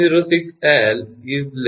5 છે જો 0